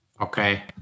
Okay